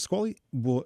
skolai buvo